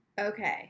Okay